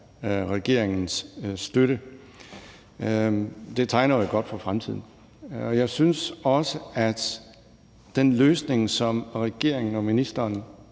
regeringens støtte. Det tegner jo godt for fremtiden. Jeg synes også, at den løsning, som regeringen og ministeren